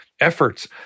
efforts